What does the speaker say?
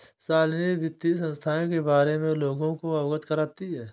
शालिनी वित्तीय संस्थाएं के बारे में लोगों को अवगत करती है